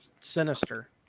sinister